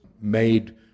made